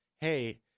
Hey